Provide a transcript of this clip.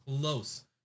close